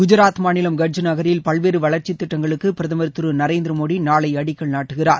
குஜராத் மாநிலம் கட்ச் நகரில் பல்வேறு வளா்ச்சித் திட்டங்களுக்கு பிரதம் திரு நரேந்திரமோடி நாளை அடக்கல் நாட்டுகிறார்